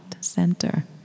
center